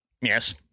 Yes